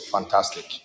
Fantastic